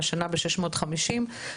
השנה ב-650,